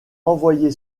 envoyé